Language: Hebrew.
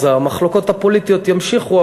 אז המחלוקות הפוליטיות יימשכו,